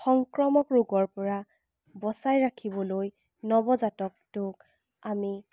সংক্ৰমক ৰোগৰ পৰা বচাই ৰাখিবলৈ নৱজাতকটোক আমি